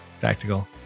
tactical